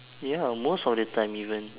ya most of the time even